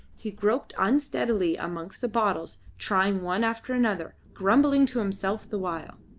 he groped unsteadily amongst the bottles, trying one after another, grumbling to himself the while.